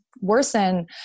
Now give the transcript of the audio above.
worsen